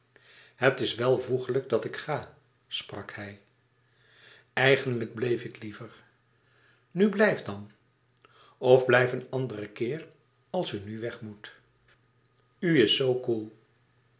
het is welvoegelijk dat ik ga sprak hij eigenlijk bleef ik liever e ids aargang u blijf dan of blijf een anderen keer als u nu weg moet u is zoo koel